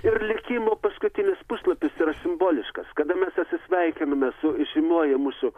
ir likimo paskutinis puslapis yra simboliškas kada mes atsisveikinome su įžymiuoju mūsų